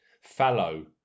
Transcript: fallow